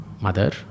Mother